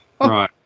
right